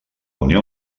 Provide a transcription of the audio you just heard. unió